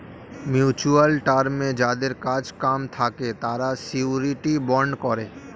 mutual টার্মে যাদের কাজ কাম থাকে তারা শিউরিটি বন্ড করে